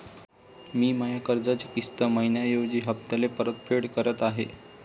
मी माया कर्जाची किस्त मइन्याऐवजी हप्त्याले परतफेड करत आहे